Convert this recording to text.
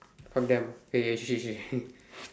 fuck them okay okay shit shit shit